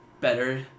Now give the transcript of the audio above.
better